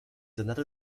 another